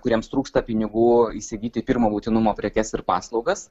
kuriems trūksta pinigų įsigyti pirmo būtinumo prekes ir paslaugas